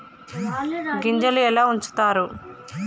గింజలు ఎలా ఉంచుతారు?